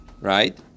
right